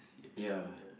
ya